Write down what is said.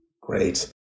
Great